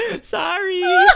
sorry